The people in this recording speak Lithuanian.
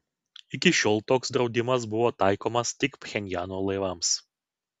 iki šiol toks draudimas buvo taikomas tik pchenjano laivams